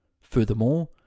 Furthermore